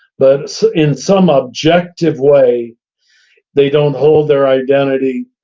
but in some objective way they don't hold their identity,